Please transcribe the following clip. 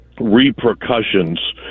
repercussions